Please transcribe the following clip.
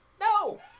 No